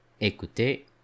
Écoutez